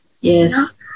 Yes